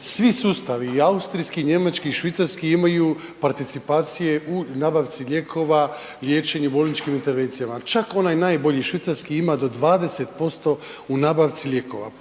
Svi sustavi i austrijski i njemački i švicarski imaju participacije u nabavci lijekova i liječenje u bolničkim intervencijama, čak onaj najbolji švicarski ima do 20% u nabavci lijekova,